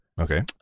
Okay